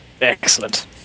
Excellent